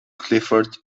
clifford